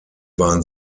waren